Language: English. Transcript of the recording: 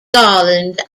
garland